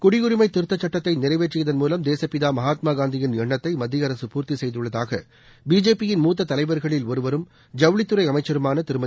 குடியுரிமை திருத்தச் சட்டத்தை நிறைவேற்றியதன் மூலம் தேசப்பிதா மகாத்மா காந்தியின் எண்ணத்தை மத்திய அரசு பூர்த்தி செய்துள்ளதாக பிஜேபியின் மூத்த தலைவர்களில் ஒருவரும் ஜவுளித்துறை அமைச்சருமான திருமதி